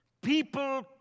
People